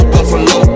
Buffalo